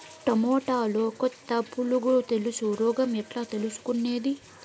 టమోటాలో కొత్త పులుగు తెలుసు రోగం ఎట్లా తెలుసుకునేది?